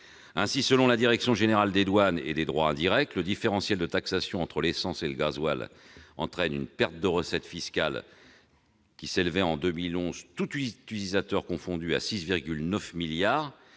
Ainsi, selon la direction générale des douanes et droits indirects, le différentiel de taxation entre l'essence et le gazole entraîne une perte de recettes fiscales qui s'élevait en 2011, tous utilisateurs confondus, à 6,9 milliards